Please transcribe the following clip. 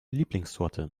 lieblingssorte